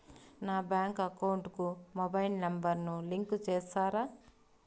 నా bank account కు mobile number ను లింకు చేస్తారా?